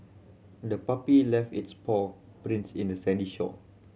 the puppy left its paw prints in the sandy shore